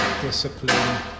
discipline